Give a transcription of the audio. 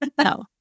No